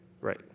Right